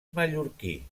mallorquí